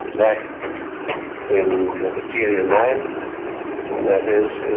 lack in the material line, and that is